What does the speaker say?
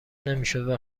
نمیشدو